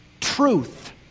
Truth